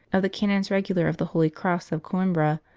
of the canons regular of the holy cross of coimbra,